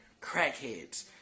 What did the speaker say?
Crackheads